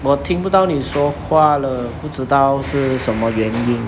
我听不到你说话了不知道是什么原因